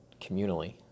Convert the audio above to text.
communally